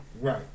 right